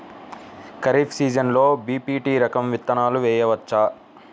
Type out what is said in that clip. ఖరీఫ్ సీజన్లో బి.పీ.టీ రకం విత్తనాలు వేయవచ్చా?